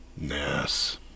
Yes